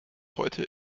heute